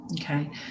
Okay